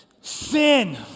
Sin